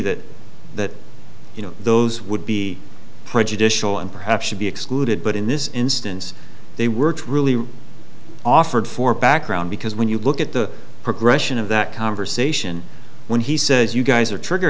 that that you know those would be prejudicial and perhaps should be excluded but in this instance they weren't really offered for background because when you look at the progression of that conversation when he says you guys are trigger